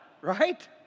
right